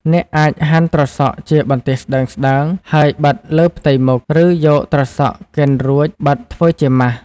អ្នកអាចហាន់ត្រសក់ជាបន្ទះស្តើងៗ ហើយបិទលើផ្ទៃមុខ ឬយកត្រសក់កិនរួចបិទធ្វើជាម៉ាស។